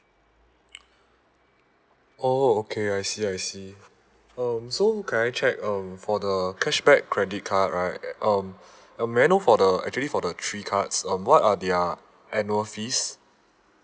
oh okay I see I see um so can I check um for the cashback credit card right um uh may I know for the actually for the three cards um what are their annual fees